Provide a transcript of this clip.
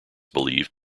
believed